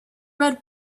red